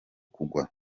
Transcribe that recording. kugwa